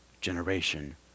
generation